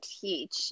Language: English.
teach